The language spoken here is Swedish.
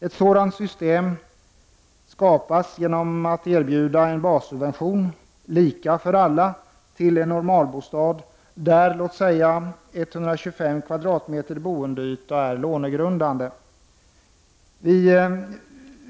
Ett sådant system skapas genom att erbjuda en bassubvention — lika för alla — till en normalbostad, där låt oss säga 125 kvadratmeter boendeyta är lånegrundande.